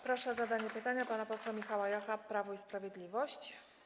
Proszę o zadanie pytania pana posła Michała Jacha, Prawo i Sprawiedliwość.